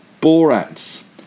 Borat's